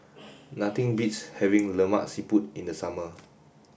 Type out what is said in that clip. nothing beats having Lemak Siput in the summer